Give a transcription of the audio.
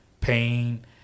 pain